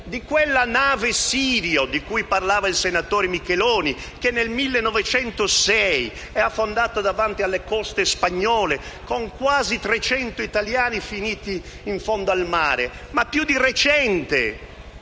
Della nave Sirio, di cui parlava il senatore Micheloni, che nel 1906 è affondata davanti alle coste spagnole con quasi 300 italiani finiti in fondo al mare e, più di recente,